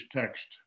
text